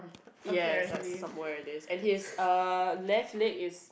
yes that's somewhere it is and he's uh left leg is